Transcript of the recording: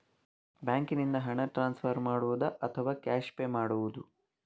ಬ್ಯಾಂಕಿನಿಂದ ಹಣ ಟ್ರಾನ್ಸ್ಫರ್ ಮಾಡುವುದ ಅಥವಾ ಕ್ಯಾಶ್ ಪೇ ಮಾಡುವುದು?